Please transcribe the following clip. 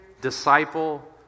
disciple